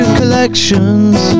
collections